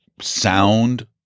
sound